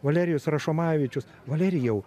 valerijus rašomavičius valerijau